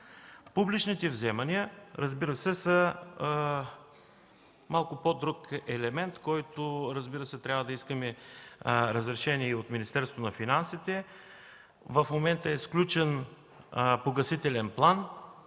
Публичните вземания, разбира се, са малко по-друг елемент, за който трябва да искаме разрешение и от Министерството на финансите. В момента е сключен погасителен план,